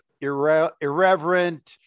irreverent